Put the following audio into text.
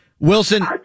Wilson